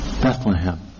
Bethlehem